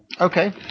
Okay